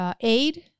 aid